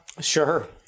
sure